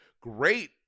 great